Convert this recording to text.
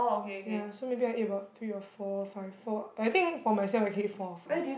ya so maybe I ate about three or four five four I think for myself I can eat four or five